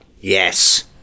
Yes